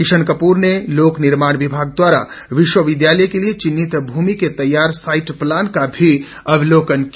किशन कपूर ने लोक निर्माण विभाग द्वारा विश्वविद्यालय के लिए चिन्हित भूमि के तैयार साइट प्लान का भी अवलोकन किया